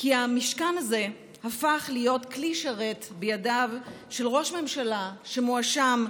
כי המשכן הזה הפך להיות כלי שרת בידיו של ראש ממשלה שמואשם בשוחד,